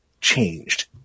changed